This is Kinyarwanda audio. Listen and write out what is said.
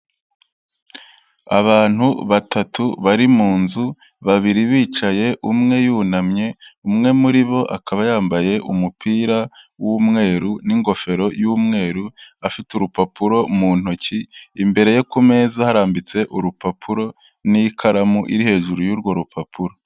Abantu batatu bari mu nzu, babiri bicaye, umwe yunamye, umwe muri bo akaba yambaye umupira w'umweru n'ingofero y'umweru afite urupapuro mu ntoki, imbere ye ku meza harambitse urupapuro n'ikaramu iri hejuru y'urwo rupapuro.